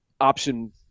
option